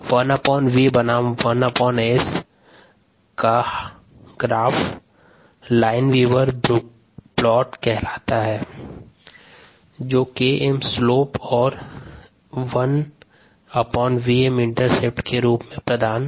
1v बनाम 1S का graph Lineweaver Burk plot कहलाता है जो Km स्लोप और 1Vm इंटरसेप्ट के रूप में प्रदान करता है